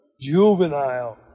juvenile